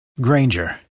Granger